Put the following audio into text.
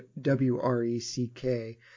W-R-E-C-K